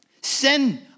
Sin